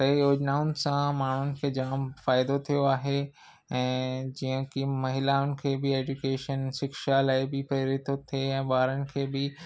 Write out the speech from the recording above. त इहे योजनाउनि सां माण्हुनि खे जामु फ़ाइदो थियो आहे ऐं जीअं की महिलाउनि खे बि एडुकेशन शिक्षा लाइ बि पहिरियों थो थिए ऐं ॿारनि खे बि